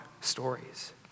stories